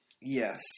yes